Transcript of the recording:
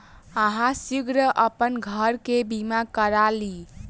अहाँ शीघ्र अपन घर के बीमा करा लिअ